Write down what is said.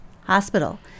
hospital